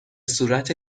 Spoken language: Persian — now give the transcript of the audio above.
صورت